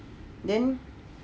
then